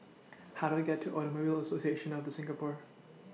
How Do I get to Automobile Association of The Singapore